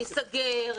ייסגר,